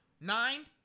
Nine